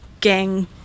gang